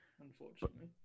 unfortunately